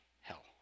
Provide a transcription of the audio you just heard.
hell